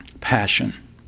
passion